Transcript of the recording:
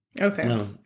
Okay